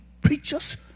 preachers